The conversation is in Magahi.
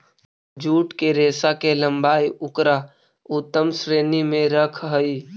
जूट के रेशा के लम्बाई उकरा उत्तम श्रेणी में रखऽ हई